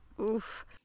Oof